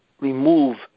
remove